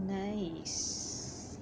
nice